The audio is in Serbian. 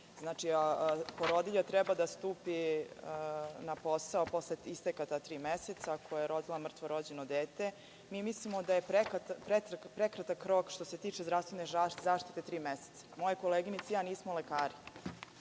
Znači, porodilja treba da stupi na posao posle isteka ta tri meseca, koja je rodila mrtvo rođeno dete. Mislimo da je prekratak rok od tri meseca što se tiče zdravstvene zaštite. Moje koleginice i ja nismo lekari,